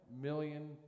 million